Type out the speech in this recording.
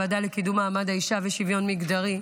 הוועדה לקידום מעמד האישה ולשוויון מגדרי,